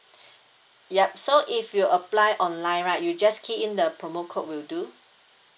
yup so if you apply online right you just key in the promo code will do